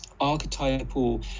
archetypal